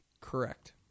Correct